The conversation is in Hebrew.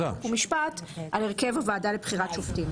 חוק ומשפט על הרכב הוועדה לבחירת שופטים.